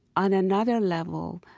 on another level,